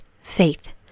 faith